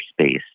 space